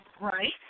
Right